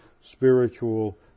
spiritual